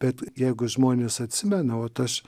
bet jeigu žmonės atsimena vat aš